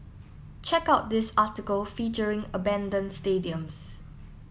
check out this article featuring abandon stadiums